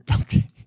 Okay